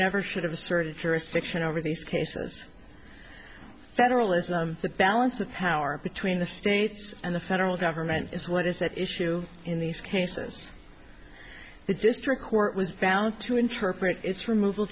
never should have started jurisdiction over these cases federalism the balance of power between the states and the federal government is what is that issue in these cases the district court was found to interpret its removal